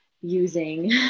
using